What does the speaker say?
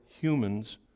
humans